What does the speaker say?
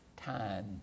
time